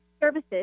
services